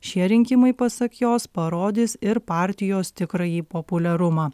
šie rinkimai pasak jos parodys ir partijos tikrąjį populiarumą